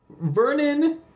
Vernon